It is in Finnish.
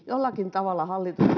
jollakin tavalla hallitus